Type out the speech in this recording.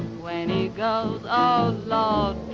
when he goes oh lordy